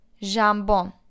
Jambon